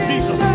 Jesus